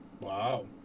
Wow